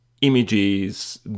images